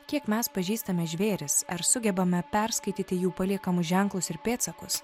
kiek mes pažįstame žvėris ar sugebame perskaityti jų paliekamus ženklus ir pėdsakus